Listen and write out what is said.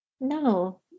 no